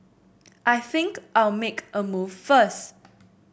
I think I'll make a move first